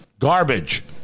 Garbage